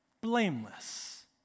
blameless